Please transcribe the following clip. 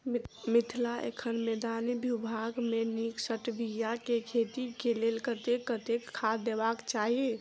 मिथिला एखन मैदानी भूभाग मे नीक स्टीबिया केँ खेती केँ लेल कतेक कतेक खाद देबाक चाहि?